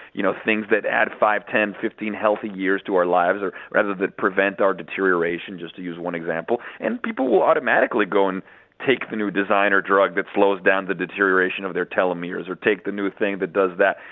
you know things that add five, ten, fifteen healthy years to our lives, rather that prevent our deterioration, just to use one example, and people will automatically go and take the new designer drug that slows down the deterioration of their telemers, or take the new thing that does that,